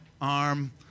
arm